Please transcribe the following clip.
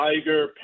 tiger